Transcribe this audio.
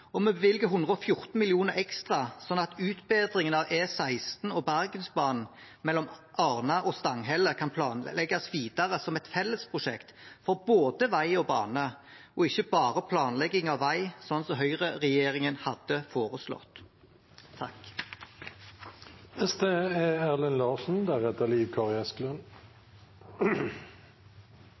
og vi bevilger 114 mill. kr ekstra slik at utbedringen av E16 og Bergensbanen mellom Arna og Stanghelle kan planlegges videre som et felles prosjekt for både vei og bane, og ikke bare planlegging av vei, slik som høyreregjeringen hadde foreslått.